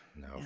no